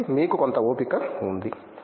కాబట్టి మీకు కొంత ఓపిక ఉంది